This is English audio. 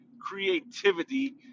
creativity